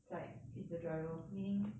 side is the driver meaning